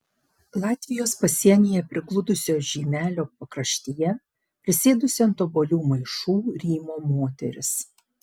latvijos pasienyje prigludusio žeimelio pakraštyje prisėdusi ant obuolių maišų rymo moteris